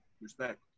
Respect